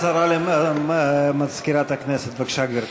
הודעה למזכירת הכנסת, בבקשה, גברתי.